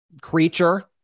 creature